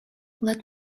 let